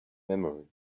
memory